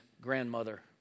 grandmother